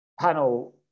panel